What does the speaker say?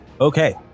Okay